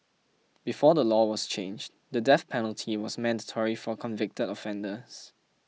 before the law was changed the death penalty was mandatory for convicted offenders